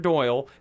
Doyle